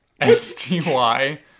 S-T-Y